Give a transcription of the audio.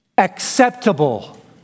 acceptable